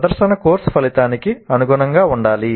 ప్రదర్శన కోర్సు ఫలితానికి అనుగుణంగా ఉండాలి